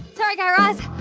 sorry, guy raz,